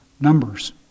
numbers